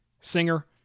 Singer